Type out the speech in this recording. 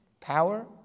power